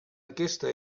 aquesta